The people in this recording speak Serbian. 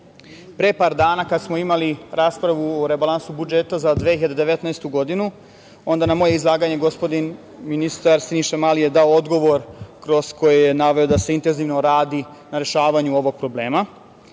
par dana kada smo imali raspravu o rebalansu budžeta za 2019. godinu onda je na moje izlaganje gospodin, ministar, Siniša Mali je dao odgovor kroz koji je naveo da se intenzivno radi na rešavanju ovog problema.